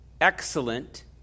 excellent